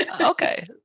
okay